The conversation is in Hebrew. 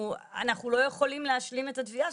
הם הוא אומר אנחנו לא יכולים להשלים את התביעה,